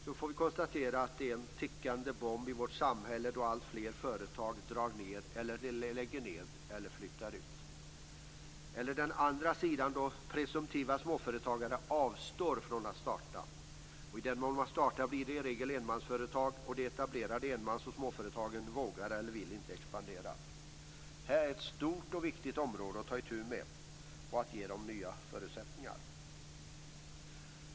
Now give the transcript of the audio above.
Det finns en tickande bomb i vårt samhälle i dag, eftersom alltfler företag drar ned, lägger ned eller flyttar ut. Vi har också den andra sidan då presumtiva småföretagare avstår från att starta någon verksamhet. I den mån som man startar blir det som regel enmansföretag, och de etablerade enmans och småföretagen vågar inte eller vill inte expandera. Att ge småföretagsamheten nya förutsättningar är ett stort och viktigt område att ta itu med.